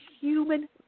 human